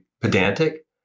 pedantic